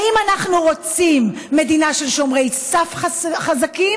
האם אנחנו רוצים מדינה של שומרי סף חזקים,